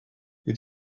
wyt